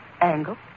Angle